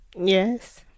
Yes